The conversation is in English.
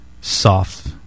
soft